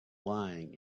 lying